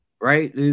right